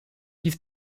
dies